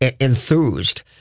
enthused